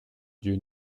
dieu